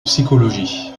psychologie